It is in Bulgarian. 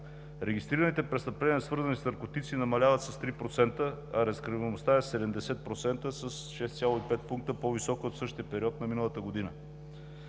Регистрираните престъпления, свързани с наркотици, намаляват с 3%, а разкриваемостта е 70% – с 6,5 пункта по-високо от същия период на миналата година.